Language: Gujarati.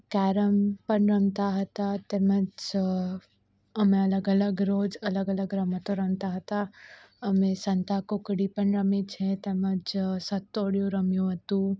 કેરમ પણ રમતા હતા તેમ જ અમે અલગ અલગ રોજ અલગ અલગ રમતો રમતા હતા અમે સંતાકૂકડી પણ રમી છે તેમ જ સાતોળીયો રમ્યું હતું